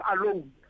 alone